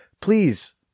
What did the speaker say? please